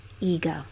ego